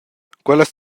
quellas